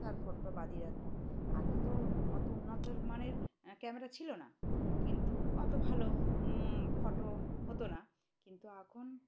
তার ফটোটা বঁধিয়ে রাখলাম আগে তো অত উন্নত মানের ক্যামেরা ছিল না কিন্তু অত ভালো ফটো হতো না কিন্তু এখন